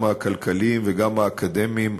גם הכלכליים וגם האקדמיים,